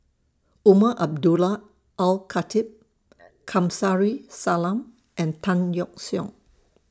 Umar Abdullah Al Khatib Kamsari Salam and Tan Yeok Seong